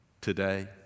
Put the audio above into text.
today